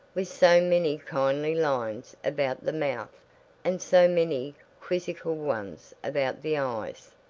with so many kindly lines about the mouth and so many quizzical ones about the eyes.